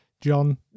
John